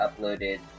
uploaded